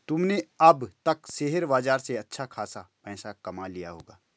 तुमने अब तक शेयर बाजार से अच्छा खासा पैसा कमा लिया होगा